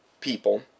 people